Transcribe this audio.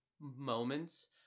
moments